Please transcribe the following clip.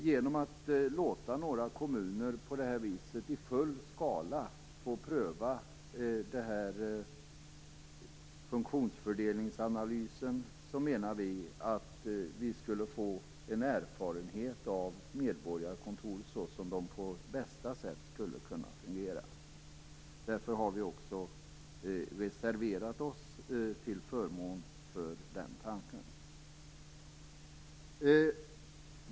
Genom att låta några kommuner på det här viset i full skala få pröva funktionsfördelningsanalysen menar vi att man skulle få en erfarenhet av medborgarkontor så som de på bästa sätt skulle kunna fungera. Därför har vi i Vänsterpartiet också reserverat oss till förmån för den tanken.